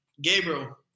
Gabriel